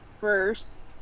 first